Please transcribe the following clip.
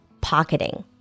Pocketing